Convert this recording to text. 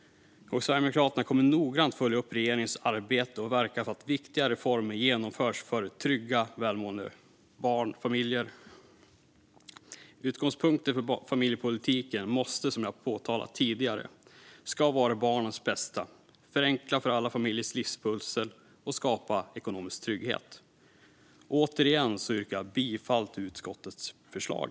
Sverigedemokraterna kommer att noggrant följa upp regeringens arbete och verka för att viktiga reformer genomförs för trygga och välmående barn och familjer. Utgångspunkten för familjepolitiken måste, som jag har påpekat tidigare, vara barnens bästa. Den ska förenkla för alla familjers livspussel och skapa ekonomisk trygghet. Jag yrkar återigen bifall till utskottets förslag.